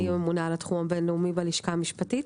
אני ממונה על התחום הבינלאומי בלשכה המשפטית,